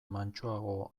mantsoago